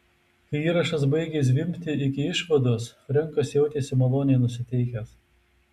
kai įrašas baigė zvimbti iki išvados frenkas jautėsi maloniai nusiteikęs